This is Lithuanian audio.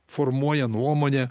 formuoja nuomonę